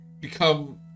become